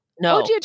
No